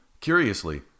Curiously